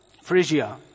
Phrygia